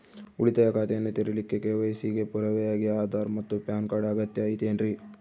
ಉಳಿತಾಯ ಖಾತೆಯನ್ನ ತೆರಿಲಿಕ್ಕೆ ಕೆ.ವೈ.ಸಿ ಗೆ ಪುರಾವೆಯಾಗಿ ಆಧಾರ್ ಮತ್ತು ಪ್ಯಾನ್ ಕಾರ್ಡ್ ಅಗತ್ಯ ಐತೇನ್ರಿ?